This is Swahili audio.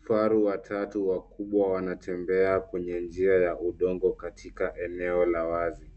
Faru watatu wakubwa wanatembea kwenye njia ya udongo katika eneo la wazi.